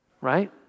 right